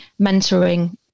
mentoring